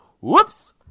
Whoops